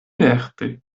lerte